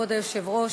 כבוד היושב-ראש,